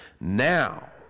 Now